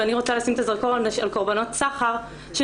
ואני רוצה לשים את הזרקור על קורבנות סחר שמבחינתן